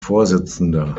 vorsitzender